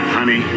Honey